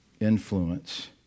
influence